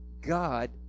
God